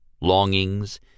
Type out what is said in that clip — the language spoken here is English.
longings